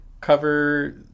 cover